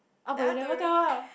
uh but you never tell